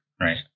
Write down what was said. Right